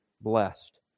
blessed